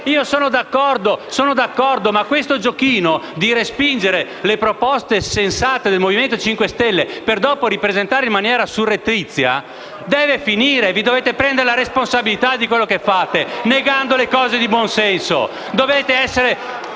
Sono d'accordo, ma questo giochino di respingere le proposte sensate del Movimento 5 Stelle per ripresentarle in maniera surrettizia deve finire! Dovete prendervi la responsabilità di ciò che fate negando le cose di buonsenso.